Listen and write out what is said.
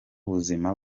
buzima